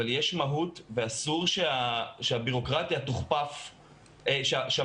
אבל יש מהות ואסור שהמהות תוכפף לבירוקרטיה.